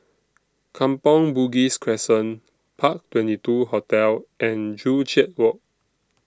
Kampong Bugis Crescent Park twenty two Hotel and Joo Chiat Walk